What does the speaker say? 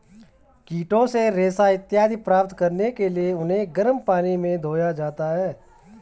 कीटों से रेशा इत्यादि प्राप्त करने के लिए उन्हें गर्म पानी में धोया जाता है